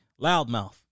loudmouth